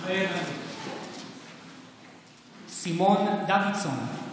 מתחייב אני סימון דוידסון,